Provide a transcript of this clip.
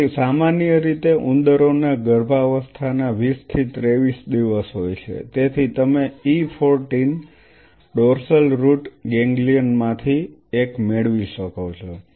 તેથી સામાન્ય રીતે ઉંદરોને ગર્ભાવસ્થાના 20 થી 23 દિવસ હોય છે તેથી તમે E 14 ડોર્સલ રુટ ગેંગલિયન માંથી એક મેળવી શકો છો